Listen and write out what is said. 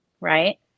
right